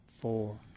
four